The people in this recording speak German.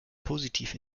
positiv